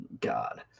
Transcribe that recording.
God